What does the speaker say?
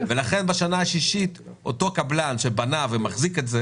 לכן בשנה השישית אותו קבלן שבנה ומחזיק את זה